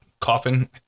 coffin